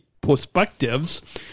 perspectives